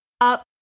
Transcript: up